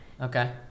okay